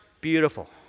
beautiful